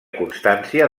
constància